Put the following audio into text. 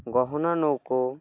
গহনা নৌকো